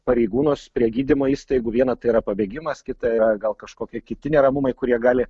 pareigūnus prie gydymo įstaigų viena tai yra pabėgimas kita yra gal kažkokie kiti neramumai kurie gali